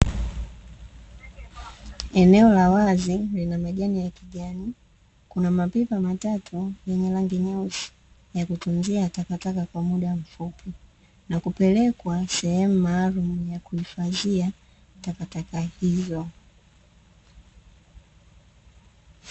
Eneo la wazi lina majani, kuna mapipa matatu yenye rangi nyeusi, ya kutunzia takataka kwa muda mfupi na kupelekwa sehemu maalumu ya kuhifadhia takataka hizo.